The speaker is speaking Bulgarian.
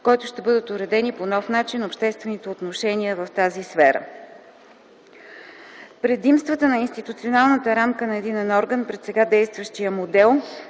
в който ще бъдат уредени по нов начин обществените отношения в тази сфера”. Предимствата на институционална рамка на „единния орган” пред сега действащия модел